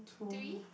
three